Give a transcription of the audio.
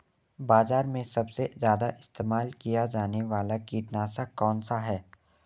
बाज़ार में सबसे ज़्यादा इस्तेमाल किया जाने वाला कीटनाशक कौनसा है?